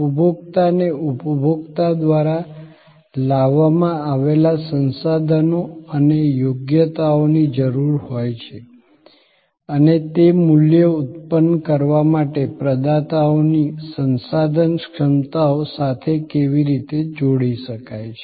ઉપભોક્તાને ઉપભોક્તા દ્વારા લાવવામાં આવેલ સંસાધનો અને યોગ્યતાઓની જરૂર હોય છે અને તે મૂલ્ય ઉત્પન્ન કરવા માટે પ્રદાતાઓની સંસાધન ક્ષમતાઓ સાથે કેવી રીતે જોડી શકાય છે